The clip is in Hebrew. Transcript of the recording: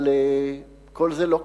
אבל כל זה לא קרה,